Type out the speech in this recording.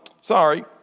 sorry